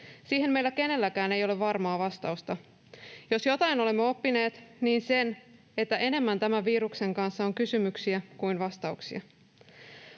Siihen meillä kenelläkään ei ole varmaa vastausta. Jos jotain olemme oppineet, niin sen, että enemmän tämän viruksen kanssa on kysymyksiä kuin vastauksia.